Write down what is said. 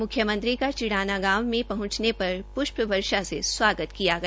म्ख्यमंत्री का चिड़ाना गांव में पहुंचने पर प्ष्प वर्षा से स्वागत किया गया